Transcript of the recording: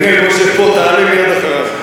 דניאל, בוא שב פה, תעלה מייד אחרי.